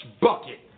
bucket